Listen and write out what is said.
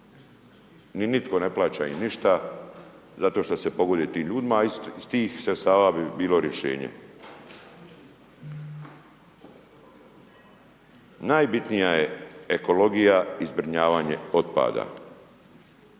ni nitko ne plaća im ništa zato što se pogoduje tim ljudima, a iz tih sredstava bi bilo rješenje. Najbitnija je ekologija i zbrinjavanje otpada.